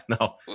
no